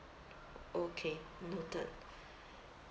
okay noted